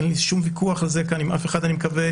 אין לי שום וויכוח על זה כאן עם אף אחד אני מקווה,